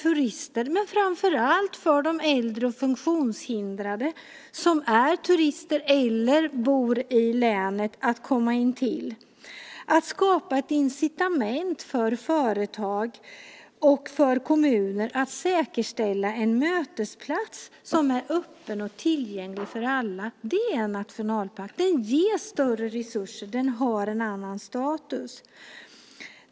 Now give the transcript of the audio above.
Speciellt har det handlat om äldre och funktionshindrade som är turister eller boende i länet har fått möjlighet att komma dit. Man skapar ett incitament för företag och kommuner att säkerställa en mötesplats som är öppen och tillgänglig för alla - det är en nationalpark. Den ger större resurser. Den har en annan status.